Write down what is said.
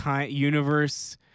universe